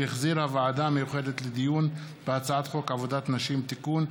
שהחזירה הוועדה המיוחדת לדיון בהצעת חוק עבודת נשים (תיקון,